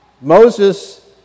Moses